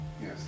Yes